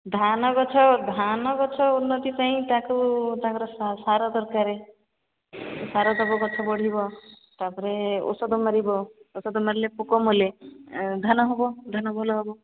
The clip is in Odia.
ଧାନ ଗଛ ଧାନ ଗଛ ଉନ୍ନତି ପାଇଁ ତାକୁ ତାଙ୍କର ସାର ଦରକାରେ ସାର ଦବ ଗଛ ବଢ଼ିବ ତାପରେ ଔଷଧ ମାରିବ ଔଷଧ ମାରିଲେ ପୋକ ମଲେ ଧାନ ହେବ ଧାନ ଭଲ ହେବ